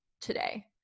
today